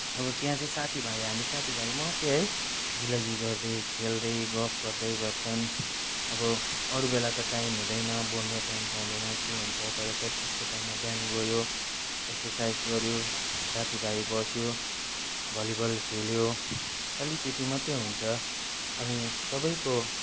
अब त्यहाँ चाहिँ साथीभाइ हामी साथीभाइ मात्रै है दिल्लगी गर्दै खेल्दै गफ गर्दै गर्छन् अब अरू बेला त टाइम हुँदैन बोल्ने टाइम पाउँदैन के हुन्छ तर प्र्याक्टिसको टाइममा बिहान गयो एक्सर्साइज गऱ्यो साथीभाइ बस्यो भलिबल खेल्यो खालि त्यति मात्रै हुन्छ अनि सबैको